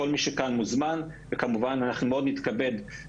וכל מי שכאן מוזמן כמובן: אנחנו נציג את הדוח